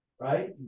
right